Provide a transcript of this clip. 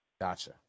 Gotcha